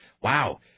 Wow